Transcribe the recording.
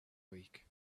week